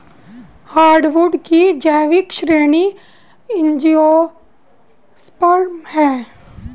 hardwood की जैविक श्रेणी एंजियोस्पर्म है